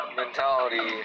mentality